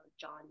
John